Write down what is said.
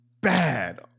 bad